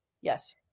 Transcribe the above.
Yes